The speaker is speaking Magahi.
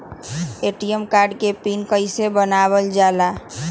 ए.टी.एम कार्ड के पिन कैसे बनावल जाला?